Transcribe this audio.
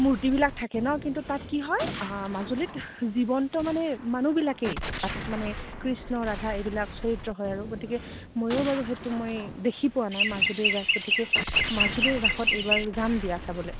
মূৰ্তিবিলাক থাকে নহ্ কিন্তু তাত কি হয় মাজুলীত জীৱন্ত মানে মানুহবিলাকেই তাত মানে কৃষ্ণ ৰাধা এইবিলাক চৰিত্ৰ হয় আৰু গতিকে ময়ো বাৰু সেইটো মই দেখি পোৱা নাই মাজুলীৰ ৰাস গতিকে মাজুলীৰ ৰাসত এইবাৰ যাম দিয়া চাবলৈ